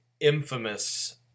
infamous